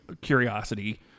curiosity